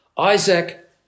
Isaac